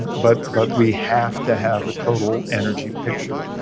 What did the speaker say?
but but we have to have a total energy picture.